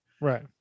right